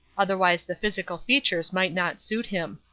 otherwise the physical features might not suit him.